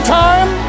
time